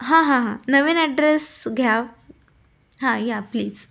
हां हां हां नवीन ॲड्रेस घ्या हां या प्लीज